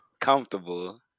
Comfortable